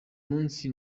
munsi